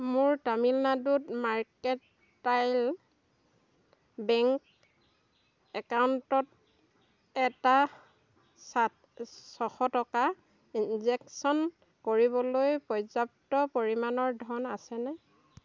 মোৰ তামিলনাডুত mercantile bank একাউণ্টত এটা চাত ছশ টকা ট্ৰেঞ্জেকশ্য়ন কৰিবলৈ পৰ্যাপ্ত পৰিমাণৰ ধন আছেনে